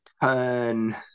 turn